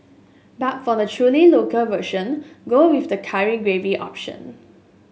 but for the truly local version go with the curry gravy option